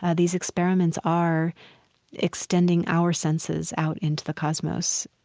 ah these experiments are extending our senses out into the cosmos